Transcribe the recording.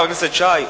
חבר הכנסת שי,